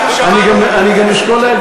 אני גם אשקול להגיע.